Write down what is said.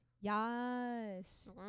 Yes